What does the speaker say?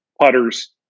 putters